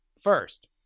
First